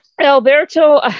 Alberto